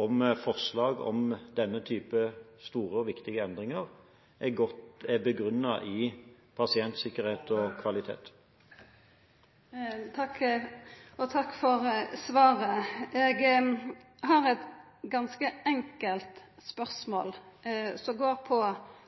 om forslag om denne type store og viktige endringer er begrunnet med pasientsikkerhet og kvalitet. Takk for svaret. Eg har eit ganske enkelt spørsmål som går på